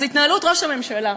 אז התנהלות ראש הממשלה,